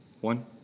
one